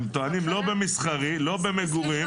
הם טוענים, לא במסחרי, לא במגורים.